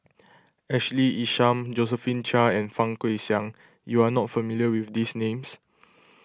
Ashley Isham Josephine Chia and Fang Guixiang you are not familiar with these names